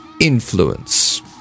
influence